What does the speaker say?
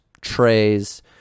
trays